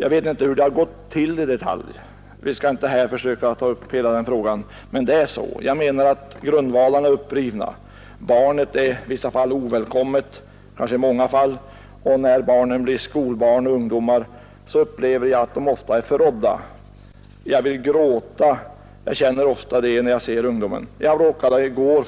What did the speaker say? Jag vet inte hur det har gått till i detalj — vi skall inte här försöka ta upp hela den frågan — men det är så. Grundvalarna är upprivna, barnen är i vissa fall ovälkomna, kanske i många fall, och när barnen blir skolbarn och ungdomar upplever de ofta att de är förrådda. ”Jag vill gråta” — jag har ofta den känslan när jag ser ungdomen. Jag råkade i går